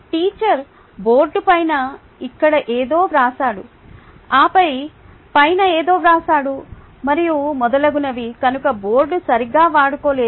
teacher board పైన ఇక్కడ ఏదో వ్రాసాడు ఆపై పైన ఏదో వ్రాశాడు మరియు మొదలగునవి కనుక బోర్డుని సరిగ్గా వాడుకోలేదు